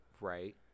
Right